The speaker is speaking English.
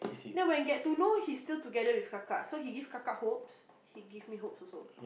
then when get to know he still together with Kaka so he give Kaka hopes he give me hope also